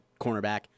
cornerback